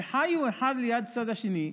וחיו אחד לצד השני.